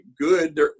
good